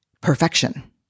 perfection